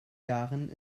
jahren